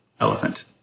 elephant